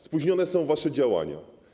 Spóźnione są wasze działania.